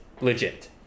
legit